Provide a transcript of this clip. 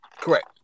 Correct